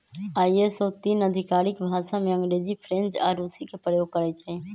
ISO तीन आधिकारिक भाषामें अंग्रेजी, फ्रेंच आऽ रूसी के प्रयोग करइ छै